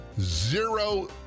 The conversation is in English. zero